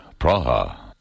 Praha